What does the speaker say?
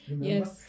yes